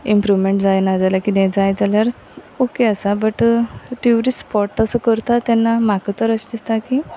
improvement जायना जाल्यार कितें जाय जाल्यार ओके आसा बट ट्युरिस्ट स्पोट असो करता तेन्ना म्हाका तर अशें दिसता की